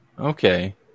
Okay